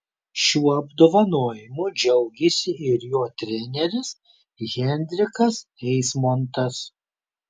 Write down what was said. šiuo apdovanojimu džiaugėsi ir jo treneris henrikas eismontas